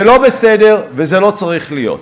זה לא בסדר וזה לא צריך להיות.